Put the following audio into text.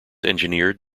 engineered